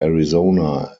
arizona